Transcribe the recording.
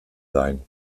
sein